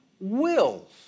wills